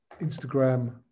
Instagram